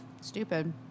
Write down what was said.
Stupid